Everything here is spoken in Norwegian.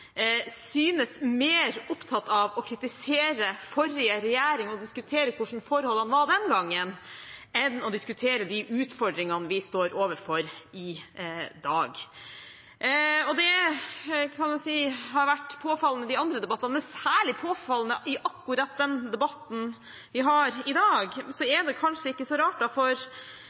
synes mer opptatt av å kritisere forrige regjering og diskutere hvordan forholdene var den gangen, enn å diskutere de utfordringene vi står overfor i dag. Dette har altså vært påfallende i de andre debattene, men særlig påfallende i akkurat den debatten vi har nå. Det er kanskje ikke så rart, for